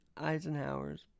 Eisenhower's